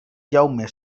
jaume